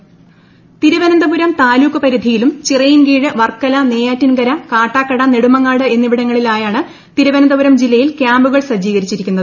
ചുഴലിക്കാറ്റ് സ്ഥലങ്ങൾ തിരുവനന്തപുരം താലൂക്ക് പരിധിയിലും ചിറയിൻകീഴ് വർക്കല നെയ്യാറ്റിൻകര കാട്ടാക്കട നെടുമങ്ങാട് എന്നിവിടങ്ങളിലായാണ് തിരുവന്തപുരം ജില്ലയിൽ ക്യാമ്പുകൾ സജ്ജീകരിച്ചിരിക്കുന്നത്